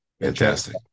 fantastic